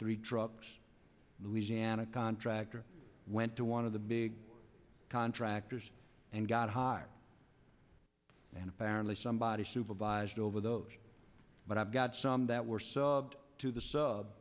three trucks louisiana contractor went to one of the big contractors and got hired and apparently somebody supervised over those but i've got some that were subject to the sub